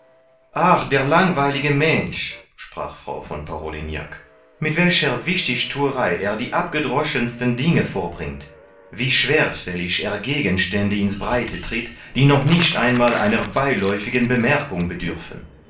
ach der langweilige mensch sprach frau von parolignac mit welcher wichtigthuerei er die abgedroschensten dinge vorbringt wie schwerfällig er gegenstände ins breite tritt die noch nicht einmal einer beiläufigen bemerkung bedürfen